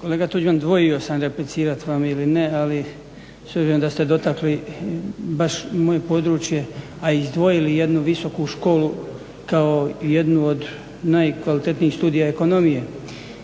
Kolega Tuđman, dvojio sam replicirat vam ili ne ali s obzirom da ste dotakli baš moje područje a izdvojili jednu visoku školu kao jednu od najkvalitetnijih studija ekonomije.